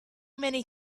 many